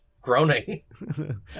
groaning